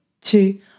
two